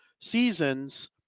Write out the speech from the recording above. seasons